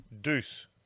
deuce